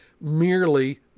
merely